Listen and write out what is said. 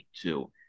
two